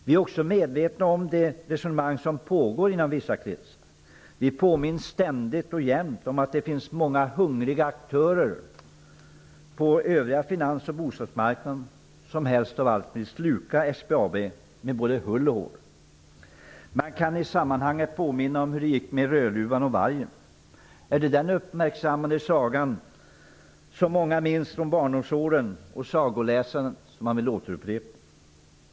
Vi är också medvetna om det resonemang som förs inom vissa kretsar. Vi påminns ständigt och jämt om att det finns många hungriga aktörer på den övriga finans och bostadsmarknaden som helst av allt vill sluka SBAB med både hull och hår. Man kan i sammanhanget påminna om hur det gick med Rödluvan och vargen. Är det den uppmärksammade sagan, som många minns från barndomsåren och sagoläsandet, som man vill återuppliva?